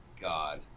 God